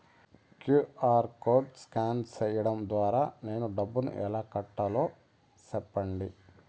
QR code scan సేయడం ద్వారా నేను డబ్బును ఎలా కట్టాలో సెప్పండి?